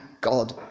God